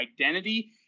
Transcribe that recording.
identity